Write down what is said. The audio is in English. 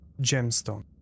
Gemstone